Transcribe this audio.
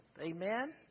Amen